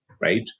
right